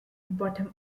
bottom